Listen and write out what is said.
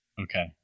Okay